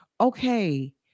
okay